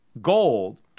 gold